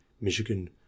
michigan